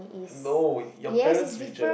no your parent's richer